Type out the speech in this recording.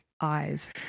eyes